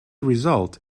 result